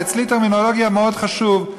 ואצלי הטרמינולוגיה חשובה מאוד.